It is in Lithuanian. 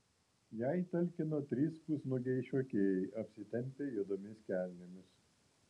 jai talkino trys pusnuogiai šokėjai apsitempę juodomis kelnėmis